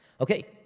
Okay